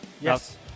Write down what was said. Yes